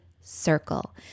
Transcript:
Circle